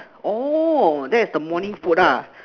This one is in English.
orh that is the morning food ah